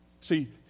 See